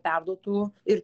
perduotų ir